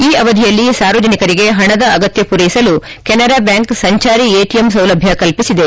ಈ ಅವಧಿಯಲ್ಲಿ ಸಾರ್ವಜನಿಕರಿಗೆ ಪಣದ ಅಗತ್ಯ ಮೂರೈಸಲು ಕೆನರಾ ಬ್ಯಾಂಕ್ ಸಂಜಾರಿ ಎಟಿಎಂ ಸೌಲಭ್ಯ ಕಲ್ಪಿಸಿದೆ